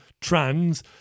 trans